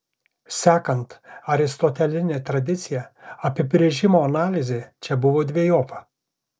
sekant aristoteline tradicija apibrėžimo analizė čia buvo dvejopa